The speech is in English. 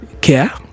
care